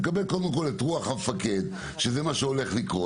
נקבל קודם כל את רוח המפקד ושזה מה שהולך לקרות.